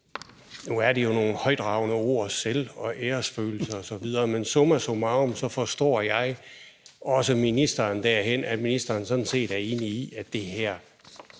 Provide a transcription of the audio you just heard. Nu er det jo nogle højtravende ord – selv- og æresfølelse osv. – men summa summarum forstår jeg også ministeren derhen, at ministeren sådan set er enig i, at det her